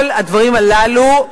כל הדברים הללו,